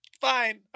Fine